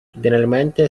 generalmente